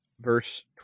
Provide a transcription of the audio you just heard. Verse